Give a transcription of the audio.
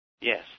yes